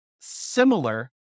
similar